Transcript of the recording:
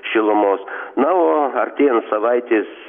šilumos na o artėjant savaitės